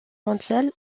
mondiale